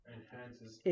Enhances